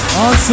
on